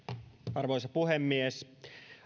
arvoisa puhemies auto